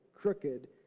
crooked